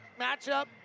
matchup